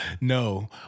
No